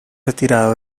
retirado